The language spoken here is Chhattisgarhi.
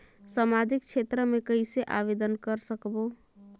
समाजिक क्षेत्र मे कइसे आवेदन कर सकबो?